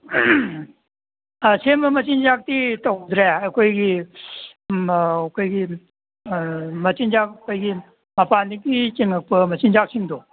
ꯑꯁꯦꯝꯕ ꯃꯆꯤꯟꯖꯥꯛꯇꯤ ꯇꯧꯗ꯭ꯔꯦ ꯑꯩꯈꯣꯏꯒꯤ ꯑꯩꯈꯣꯏꯒꯤ ꯃꯆꯤꯟꯖꯥꯛ ꯑꯩꯈꯣꯏꯒꯤ ꯃꯄꯥꯟꯗꯒꯤ ꯆꯤꯡꯉꯛꯄ ꯃꯆꯤꯟꯖꯥꯛꯁꯤꯡꯗꯣ